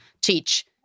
teach